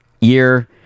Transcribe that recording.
year